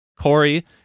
Corey